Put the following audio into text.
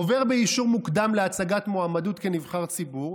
עובר באישור מוקדם להצגת מועמדות כנבחר ציבור,